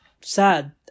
sad